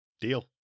Deal